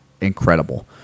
incredible